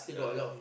yeah